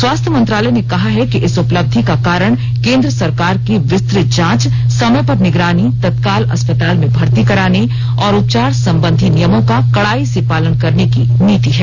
स्वास्थ्य मंत्रालय ने कहा है कि इस उपलब्धि का कारण केन्द्र सरकार की विस्तृत जांच समय पर निगरानी तत्काल अस्पताल में भर्ती कराने और उपचार संबंधी नियमों का कड़ाई से पालन करने की नीति है